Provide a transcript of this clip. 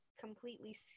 completely